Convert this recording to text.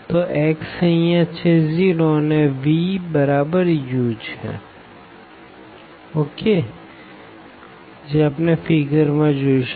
તો x અહિયાં છે 0 અને v બરાબર u છે